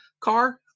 car